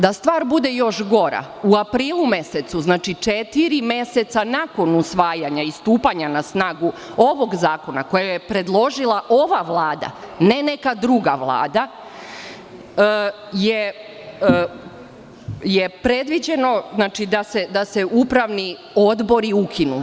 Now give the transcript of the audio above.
Da stvar bude još gora, u aprilu mesecu, znači četiri meseca nakon usvajanja i stupanja na snagu ovog zakona, koji je predložila ova vlada, ne neka druga vlada, je predviđeno da se upravni odbori ukinu.